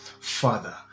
Father